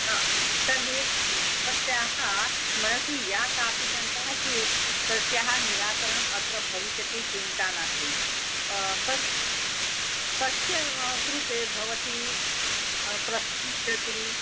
हा तर्हि भवत्याः मनसि या कापि शङ्का अस्ति तस्याः निराकरणम् अत्र भविष्यति चिन्ता नास्ति कस् कस्य कृते भवती प्रष्टुमिच्छति